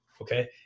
okay